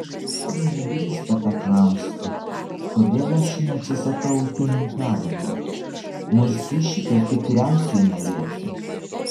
ji nedrįsta paklausti kodėl aš neatsisakau ūkininkavimo nors ji šito tikriausiai norėtų